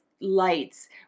lights